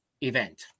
event